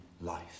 life